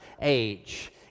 age